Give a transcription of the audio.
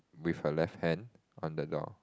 with her left hand on the door